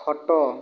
ଖଟ